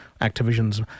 Activision's